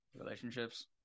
Relationships